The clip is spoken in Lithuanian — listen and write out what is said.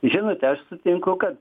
žinote aš sutinku kad